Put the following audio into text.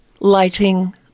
lighting